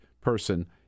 person